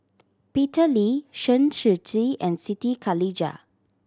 Peter Lee Chen Shiji and Siti Khalijah